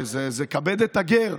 זה לכבד את הגר.